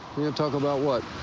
talk about what?